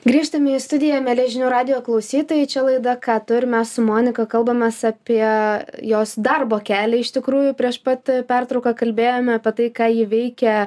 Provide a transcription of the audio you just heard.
grįžtame į studiją mieli žinių radijo klausytojai čia laida ką tu ir mes su monika kalbamės apie jos darbo kelią iš tikrųjų prieš pat pertrauką kalbėjome apie tai ką ji veikia